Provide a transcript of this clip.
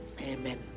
Amen